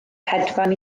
hedfan